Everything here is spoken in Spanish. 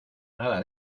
nada